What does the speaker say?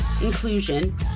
inclusion